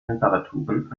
temperaturen